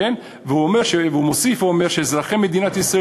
והוא מוסיף ואומר שאזרחי מדינת ישראל